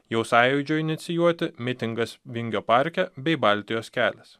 jau sąjūdžio inicijuoti mitingas vingio parke bei baltijos kelias